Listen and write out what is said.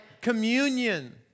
communion